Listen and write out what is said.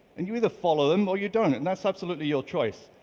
and you either follow them or you don't, and that's absolutely your choice.